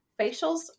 facials